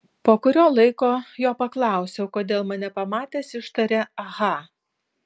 po kurio laiko jo paklausiau kodėl mane pamatęs ištarė aha